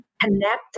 Connect